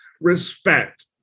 Respect